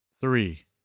Three